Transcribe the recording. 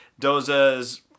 Doza's